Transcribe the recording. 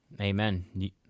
Amen